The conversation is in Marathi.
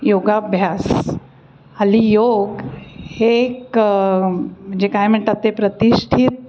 योगाभ्यास हल्ली योग हे एक म्हणजे काय म्हणतात ते प्रतिष्ठित